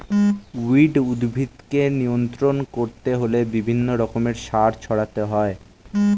weed উদ্ভিদকে নিয়ন্ত্রণ করতে হলে বিভিন্ন রকমের সার ছড়াতে হয়